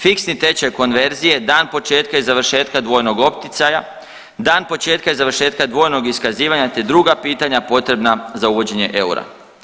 Fiksni tečaj konverzije dan početka i završetka dvojnog optjecaja, dan početka i završetka dvojnog iskazivanja, te druga pitanja potrebna za uvođenje eura.